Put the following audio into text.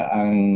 ang